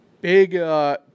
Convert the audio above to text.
big